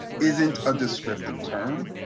isn't a descriptive term,